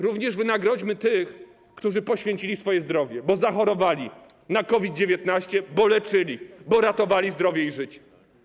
Również wynagrodźmy tych, którzy poświęcili swoje zdrowie, bo zachorowali na COVID-19, bo leczyli, bo ratowali zdrowie i życie.